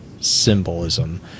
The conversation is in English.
symbolism